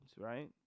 right